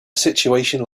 situation